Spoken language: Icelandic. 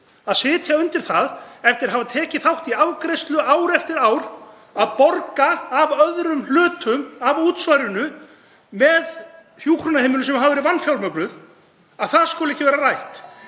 að sitja undir því eftir að hafa tekið þátt í afgreiðslu ár eftir ár að borga af öðrum hlutum af útsvarinu með hjúkrunarheimilum sem hafa verið vanfjármögnuð, og að það skuli ekki vera rætt.